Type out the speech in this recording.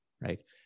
Right